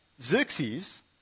Xerxes